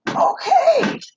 okay